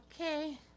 okay